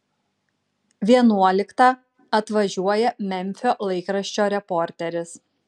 vienuoliktą atvažiuoja memfio laikraščio reporteris